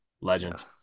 Legend